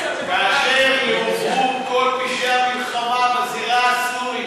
כאשר יובאו כל פשעי המלחמה בזירה הסורית,